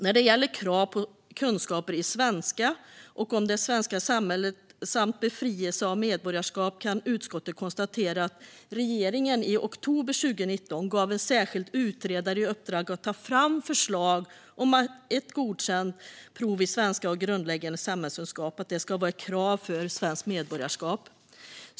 När det gäller krav på kunskaper i svenska och om det svenska samhället samt befrielse av medborgarskap kan utskottet konstatera att regeringen i oktober 2019 gav en särskild utredare i uppdrag att ta fram förslag om att godkänt prov i svenska och i grundläggande samhällskunskap ska vara krav för svenskt medborgarskap.